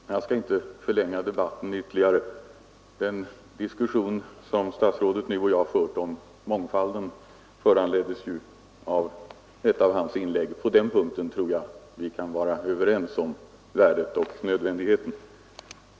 Herr talman! Jag skall inte förlänga debatten ytterligare. Den diskussion som statsrådet och jag nu har fört om mångfalden föranleddes ju av ett av hans inlägg. På den punkten tror jag vi kan vara överens om värdet och nödvändigheten av mångfald.